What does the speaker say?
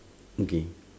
okay